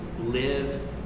live